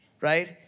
right